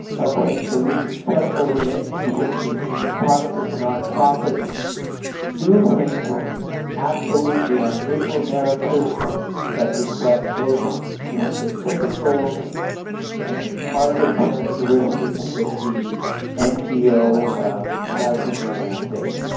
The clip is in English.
okay, so these successful relations between photographers and nonprofits do hinge absolutely on narratives that reflect both the specific goals and the target characteristics that the ngo has in their mandate.